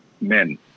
men